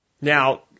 Now